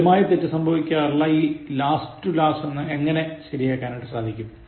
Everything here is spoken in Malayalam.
സ്ഥിരമായി തെറ്റു സംഭവിക്കാറുള്ള ഈ last to last എങ്ങനെ ശരിയാക്കാൻ സാധിക്കും